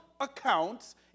accounts